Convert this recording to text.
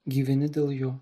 gyveni dėl jo